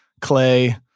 Clay